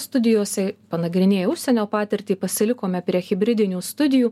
studijose panagrinėję užsienio patirtį pasilikome prie hibridinių studijų